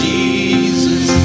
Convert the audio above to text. Jesus